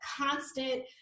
constant